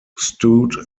stout